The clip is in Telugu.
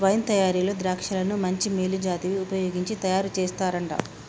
వైన్ తయారీలో ద్రాక్షలను మంచి మేలు జాతివి వుపయోగించి తయారు చేస్తారంట